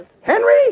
Henry